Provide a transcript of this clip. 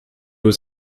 was